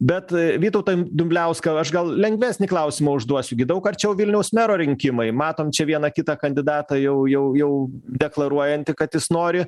bet vytautai dumbliauskai aš gal lengvesnį klausimą užduosiu gi daug arčiau vilniaus mero rinkimai matom čia vieną kitą kandidatą jau jau jau deklaruojantį kad jis nori